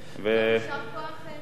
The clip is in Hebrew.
יישר כוח לחבר הכנסת